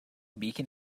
beacon